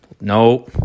No